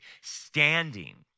standing